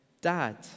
dad